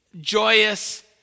joyous